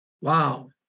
Wow